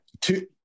two